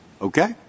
Okay